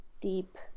deep